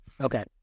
Okay